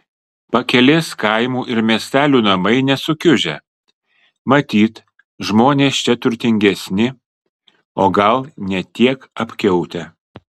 pakelės kaimų ir miestelių namai nesukiužę matyt žmonės čia turtingesni o gal ne tiek apkiautę